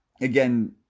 Again